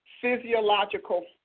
physiological